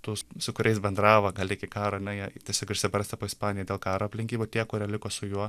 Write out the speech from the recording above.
tų su kuriais bendravo gal iki karo na jie tiesiog išsibarstė po ispaniją dėl karo aplink jį buvo tie kurie liko su juo